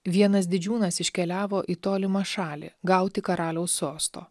vienas didžiūnas iškeliavo į tolimą šalį gauti karaliaus sosto